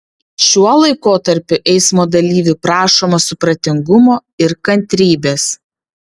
šiuo laikotarpiu eismo dalyvių prašoma supratingumo ir kantrybės